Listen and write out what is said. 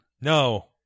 No